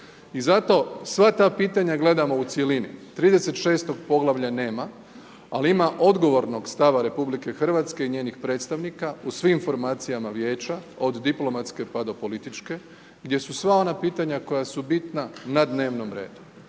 I zato sva ta pitanje gledamo u cjelini, 36. poglavlja nema ali ima odgovornog stava RH i njenih predstavnika u svim formacijama vijeća od diplomatske pa do političke, gdje su sva ona pitanja koja su bitna na dnevnom redu.